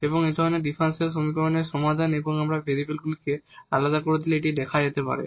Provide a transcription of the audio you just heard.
এবং এই ধরনের ডিফারেনশিয়াল সমীকরণের সমাধান আমরা ভেরিয়েবলগুলিকে আলাদা করে দিলে এটি লেখা যেতে পারে